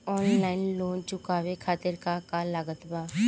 Online loan चुकावे खातिर का का लागत बा?